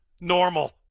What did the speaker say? Normal